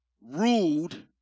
ruled